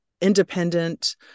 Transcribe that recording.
independent